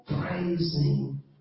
praising